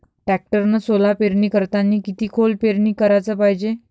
टॅक्टरनं सोला पेरनी करतांनी किती खोल पेरनी कराच पायजे?